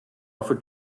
offer